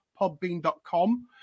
podbean.com